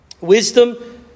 Wisdom